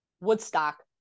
Woodstock